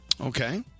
Okay